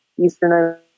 Eastern